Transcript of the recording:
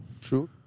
true